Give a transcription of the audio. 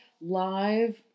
live